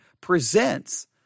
presents